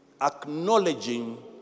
Acknowledging